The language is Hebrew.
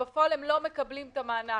בפועל, הן לא מקבלות את המענק.